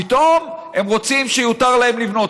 פתאום הם רוצים שיותר להם לבנות,